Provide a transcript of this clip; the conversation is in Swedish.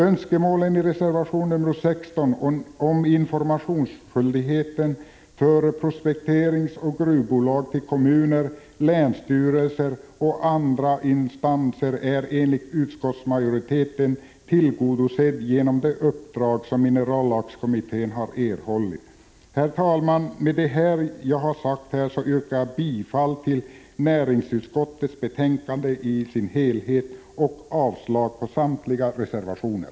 Önskemålen i reservation nr 16 om informationsskyldighet för prospekteringsoch gruvbolag till kommuner, länsstyrelser och andra instanser är enligt utskottsmajoritetens mening tillgodosedda genom det uppdrag som minerallagskommittén har erhållit. Herr talman! Med det jag här har sagt yrkar jag bifall till näringsutskottets hemställan i dess helhet och avslag på samtliga reservationer.